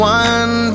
one